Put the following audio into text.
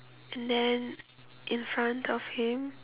and then in front of him